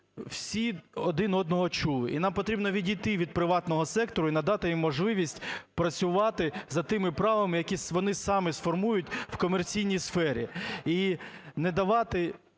всі один одного чули. І нам потрібно відійти від приватного сектору і надати їм можливість працювати за тими правилами, які вони самі сформують в комерційній сфері,